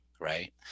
right